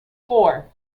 four